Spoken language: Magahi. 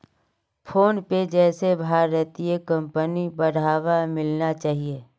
फोनपे जैसे भारतीय कंपनिक बढ़ावा मिलना चाहिए